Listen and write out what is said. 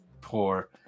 poor